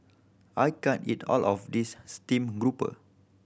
I can't eat all of this steamed grouper